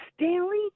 Stanley